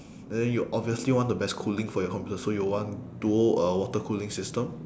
and then you obviously want the best cooling for your computer so you want dual uh water cooling system